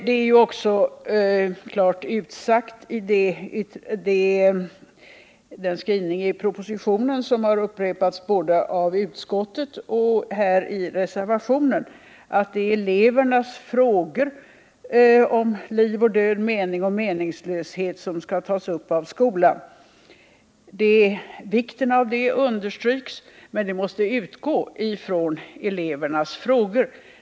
Det är också klart utsagt i den skrivning i propositionen som har upprepats både i utskottets betänkande och i den aktuella reservationen att det är elevernas frågor om liv och död, mening och meningslöshet osv. som skall tas uppi skolan. Vikten av att detta behandlas understryks, men samtalet måste utgå från elevernas frågor.